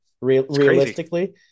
realistically